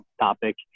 topic